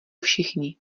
všichni